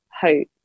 hope